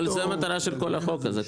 אבל זו המטרה של כל החוק הזה.